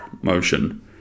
motion